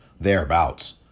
thereabouts